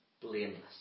blameless